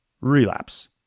relapse